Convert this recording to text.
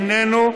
איננו,